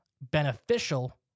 beneficial